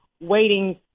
waiting